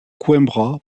coimbra